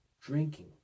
Drinking